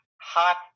hot